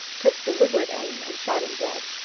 took deliberate aim, and shot him dead.